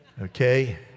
Okay